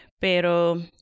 Pero